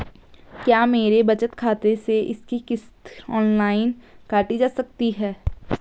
क्या मेरे बचत खाते से इसकी किश्त ऑनलाइन काटी जा सकती है?